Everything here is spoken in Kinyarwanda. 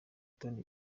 toni